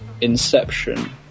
Inception